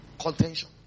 Contention